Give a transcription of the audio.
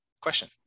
Question